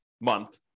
month